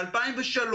ב-2003,